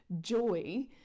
joy